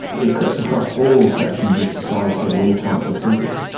it cuts across all sections of society and all types of people.